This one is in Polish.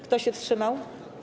Kto się wstrzymał?